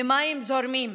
ממים זורמים,